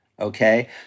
Okay